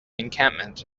encampment